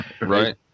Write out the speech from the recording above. Right